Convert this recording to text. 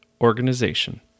organization